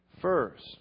First